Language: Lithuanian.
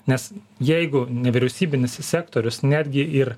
nes jeigu nevyriausybinis sektorius netgi ir